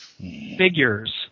figures